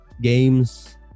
games